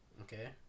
Okay